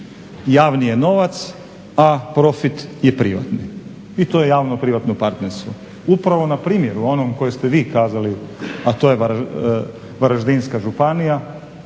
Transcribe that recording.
Javni je novac, a profit je privatni i to je javno-privatno partnerstvo. Upravo na primjeru, onom koji ste vi kazali, a to je Varaždinska županija